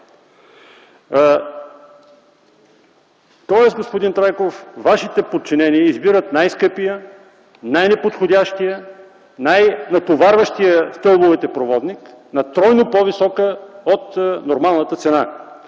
лв. Господин Трайков, Вашите подчинени избират най-скъпия, най-неподходящия, най-натоварващия стълбовете проводник на тройно по-висока от нормалната цена.